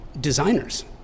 designers